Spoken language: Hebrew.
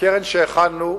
הקרן שהכנו,